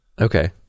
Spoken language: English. Okay